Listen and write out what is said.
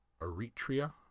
Eritrea